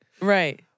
Right